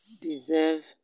deserve